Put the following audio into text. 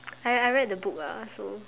I I read the book ah so